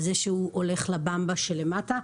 על זה שהוא הולך לבמבה שלמטה.